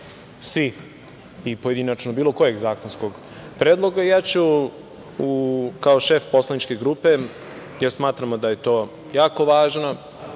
svih i pojedinačno bilo kojeg zakonskog predloga, ja ću kao šef poslaničke grupe, jer smatramo da je to jako važno